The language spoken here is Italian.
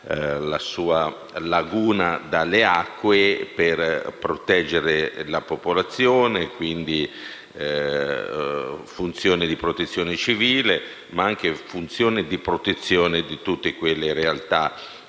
la sua laguna dalle acque per proteggere la popolazione. Ha, quindi, funzioni di protezione civile, ma anche di protezione di tutte le realtà